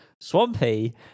Swampy